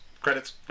Credits